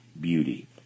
beauty